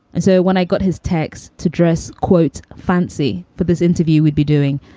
and so when i got his text to dress, quote, fancy for this interview we'd be doing,